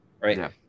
Right